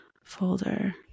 folder